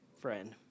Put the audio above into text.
friend